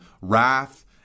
wrath